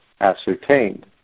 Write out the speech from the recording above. ascertained